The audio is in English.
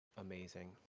amazing